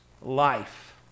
life